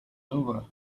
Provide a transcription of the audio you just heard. over